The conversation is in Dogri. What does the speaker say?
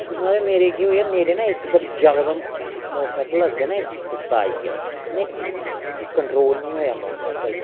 ते महाराज मेरे केह् होआ कि मेरे ना इकदम जकदम मोटरसाइकल अग्गें ना इक कुत्ता आई गेआ में कंट्रोल नी होएआ मोटरसाइकल